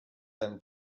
them